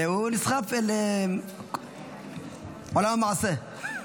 ונסחף לעולם המעשה.